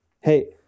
Hey